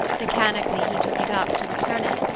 mechanically he took it up to return it,